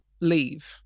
leave